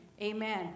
amen